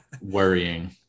worrying